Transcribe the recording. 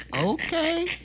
okay